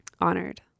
Honored